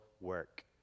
work